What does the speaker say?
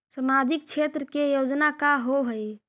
सामाजिक क्षेत्र के योजना का होव हइ?